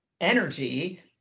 energy